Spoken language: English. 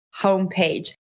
homepage